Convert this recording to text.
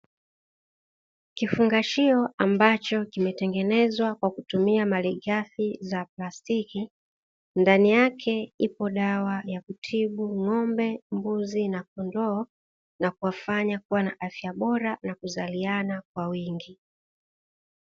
Kifungashio ambacho kimetengenezwa kwa kutumia malighafi za plastiki, ndani yake ipo dawa ya kutibu ng'ombe, mbuzi na kondoo na kuwafanya kuwa na afya bora na kuzaaliana kwa wingi.